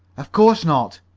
of course not,